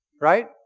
Right